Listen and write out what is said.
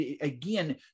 again